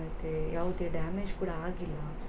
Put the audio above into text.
ಮತ್ತು ಯಾವುದೇ ಡ್ಯಾಮೇಜ್ ಕೂಡ ಆಗಿಲ್ಲ